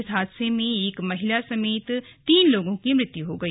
इस हादसे में एक महिला समेत तीन लोगों की मौत हो गई